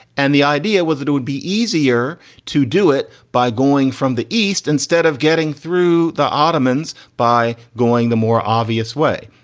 and the idea was that it would be easier to do it by going from the east instead of getting through the ottomans by going the more obvious way.